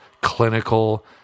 clinical